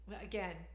again